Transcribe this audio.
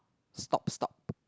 stop stop